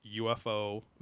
UFO